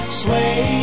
sway